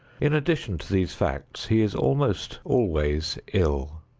in addition to these facts, he is almost always ill.